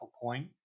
point